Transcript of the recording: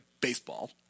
baseball